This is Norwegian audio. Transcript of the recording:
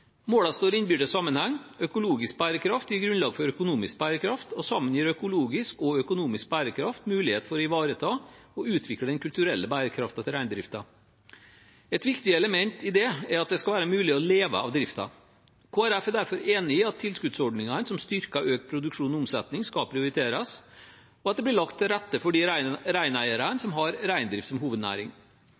Målene står i en innbyrdes sammenheng. Økologisk bærekraft gir grunnlag for økonomisk bærekraft, og sammen gir økologisk og økonomisk bærekraft mulighet for å ivareta og utvikle den kulturelle bærekraften til reindriften. Et viktig element i det er at det skal være mulig å leve av driften. Kristelig Folkeparti er derfor enig i at tilskuddsordningene som styrker økt produksjon og omsetning, skal prioriteres, og at det blir lagt til rette for de reineierne som har reindrift som hovednæring.